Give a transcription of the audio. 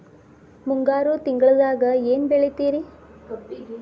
ಮುಂಗಾರು ತಿಂಗಳದಾಗ ಏನ್ ಬೆಳಿತಿರಿ?